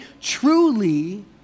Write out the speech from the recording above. truly